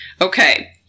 Okay